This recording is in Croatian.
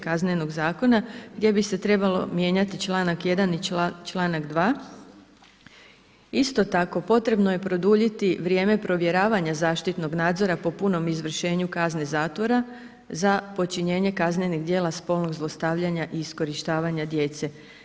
Kaznenog zakona gdje bi se trebalo mijenjati čl. 1. i čl. 2. Isto tako, potrebno je produljiti vrijeme provjeravanja zaštitnog nadzora po punom izvršenju kazne zatvora za počinjenje kaznenih djela spolnog zlostavljanja i iskorištavanja djece.